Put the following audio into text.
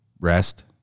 Rest